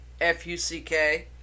f-u-c-k